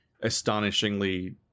astonishingly